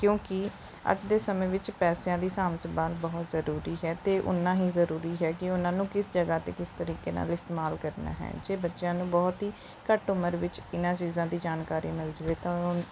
ਕਿਉਂਕਿ ਅੱਜ ਦੇ ਸਮੇਂ ਵਿੱਚ ਪੈਸਿਆਂ ਦੀ ਸਾਂਭ ਸੰਭਾਲ ਬਹੁਤ ਜ਼ਰੂਰੀ ਹੈ ਅਤੇ ਉੱਨਾਂ ਹੀ ਜ਼ਰੂਰੀ ਹੈ ਕਿ ਉਨ੍ਹਾਂ ਨੂੰ ਕਿਸ ਜਗ੍ਹਾ ਅਤੇ ਕਿਸ ਤਰੀਕੇ ਨਾਲ ਇਸਤੇਮਾਲ ਕਰਨਾ ਹੈ ਜੇ ਬੱਚਿਆਂ ਨੂੰ ਬਹੁਤ ਹੀ ਘੱਟ ਉਮਰ ਵਿੱਚ ਇਨ੍ਹਾਂ ਚੀਜ਼ਾਂ ਦੀ ਜਾਣਕਾਰੀ ਮਿਲ ਜਾਵੇ ਤਾਂ ਉਹ